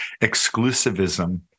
exclusivism